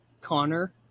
Connor